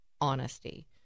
honesty